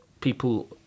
people